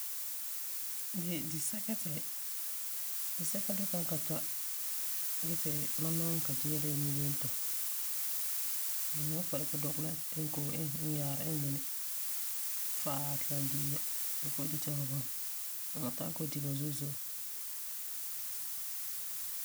Di, disɛka ti, disɛka duka n ka toi gee ti mam nɔŋɛ ka dia de la yubento. Fu sãn kɔ'ɔm dikɛ dɔgelɛ iŋe Ko'om iŋɛ, iŋe yaarum iŋɛ, faa ti la bi'e ya ti fu Ko'om dita fu bunɔ. Fu ta'am Ko'om di ba zo'e zo'e.